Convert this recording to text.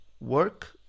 work